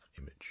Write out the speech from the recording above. image